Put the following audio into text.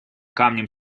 камнем